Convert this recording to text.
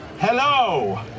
Hello